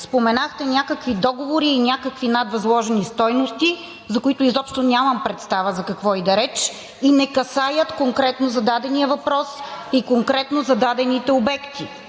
Споменахте някакви договори и някакви надвъзложени стойности, за които изобщо нямам представа за какво иде реч и не касаят конкретно зададения въпрос и конкретно зададените обекти.